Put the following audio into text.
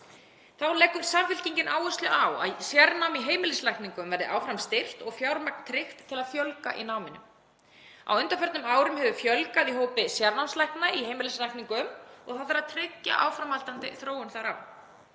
Þá leggur Samfylkingin áherslu á að sérnám í heimilislækningum verði áfram styrkt og fjármagn tryggt til að fjölga í náminu. Á undanförnum árum hefur fjölgað í hópi sérnámslækna í heimilislækningum og tryggja þarf áframhaldandi þróun þar á.